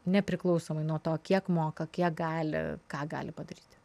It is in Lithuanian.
nepriklausomai nuo to kiek moka kiek gali ką gali padaryti